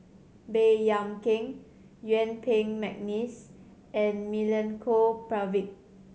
Baey Yam Keng Yuen Peng McNeice and Milenko Prvacki